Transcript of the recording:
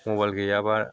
mobile गैयाबा